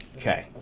okay.